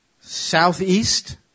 southeast